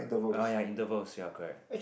orh ya intervals ya correct